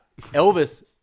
Elvis